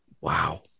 Wow